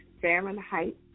Fahrenheit